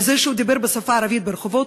על זה שהוא דיבר בשפה הערבית ברחוב,